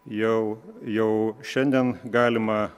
jau jau šiandien galima